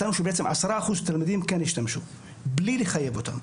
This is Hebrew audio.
מצאנו שבעצם 10% תלמידים כן השתמשו בלי לחייב אותם.